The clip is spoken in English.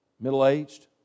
middle-aged